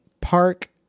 park